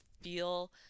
feel